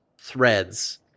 threads